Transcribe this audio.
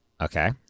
okay